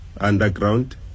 underground